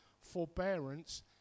forbearance